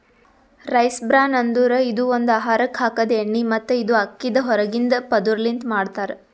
rice bran ಅಂದುರ್ ಇದು ಒಂದು ಆಹಾರಕ್ ಹಾಕದ್ ಎಣ್ಣಿ ಮತ್ತ ಇದು ಅಕ್ಕಿದ್ ಹೊರಗಿಂದ ಪದುರ್ ಲಿಂತ್ ಮಾಡ್ತಾರ್